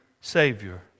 Savior